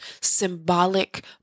symbolic